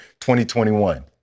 2021